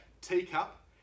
teacup